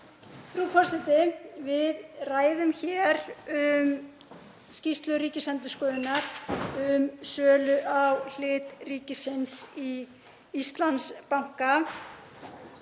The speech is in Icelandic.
Frú forseti. Við ræðum hér um skýrslu Ríkisendurskoðunar um sölu á hlut ríkisins í Íslandsbanka.